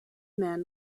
man